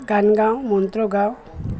গান গাওঁ মন্ত্ৰ গাওঁ